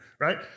Right